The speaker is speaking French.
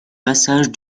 passage